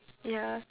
yeah